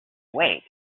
wait